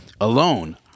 alone